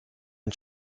and